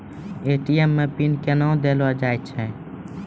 ATM मे pin कयो दिया जाता हैं?